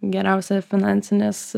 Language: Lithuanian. geriausia finansinės